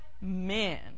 men